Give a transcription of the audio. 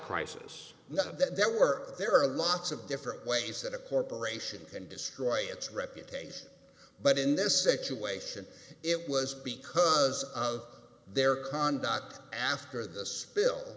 that that work there are lots of different ways that a corporation can destroy its reputation but in this situation it was because of their conduct after the spill